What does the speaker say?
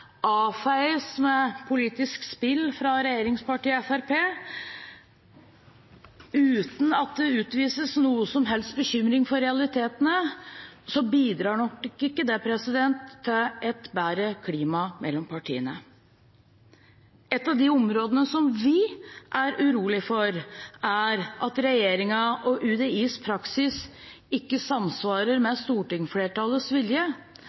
avfeies med politisk spill fra regjeringspartiet Fremskrittspartiet, uten at det utvises noen som helst bekymring for realitetene, bidrar nok ikke det til et bedre klima mellom partiene. Et av områdene vi er urolige for, er at regjeringen og UDIs praksis ikke samsvarer med stortingsflertallets vilje,